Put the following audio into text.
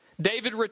David